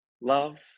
love